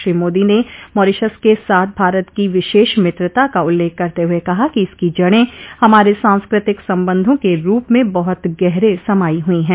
श्री मोदी ने मॉरीशस के साथ भारत की विशेष मित्रता का उल्लेख करते हुए कहा कि इसकी जड़ें हमारे सांस्कृतिक संबंधों के रूप में बहुत गहरे समाई हुई हैं